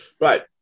Right